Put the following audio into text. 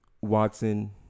Watson